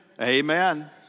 Amen